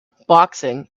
boxing